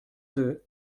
deux